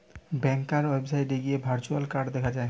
ব্যাংকার ওয়েবসাইটে গিয়ে virtual card দেখা যায়